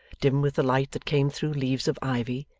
dim with the light that came through leaves of ivy,